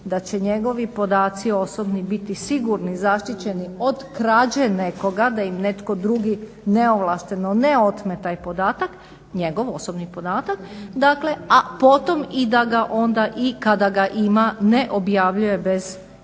da će njegovi osobni podaci biti sigurni, zaštićeni od krađe nekoga da im netko drugi neovlašteno ne otme njegov osobni podatak, dakle a potom i da ga onda i kada ga ima ne objavljuje bez